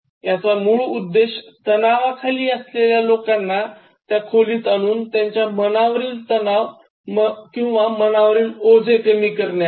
याचा मूळ उद्देश तणावाखाली असलेल्या लोकांना त्या खोलीत आणून त्यांच्या मनावरील तणाव व मनावरील ओझे कमी करणे आहे